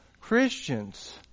Christians